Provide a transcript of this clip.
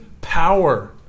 power